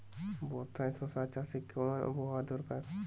বর্ষার শশা চাষে কেমন আবহাওয়া দরকার?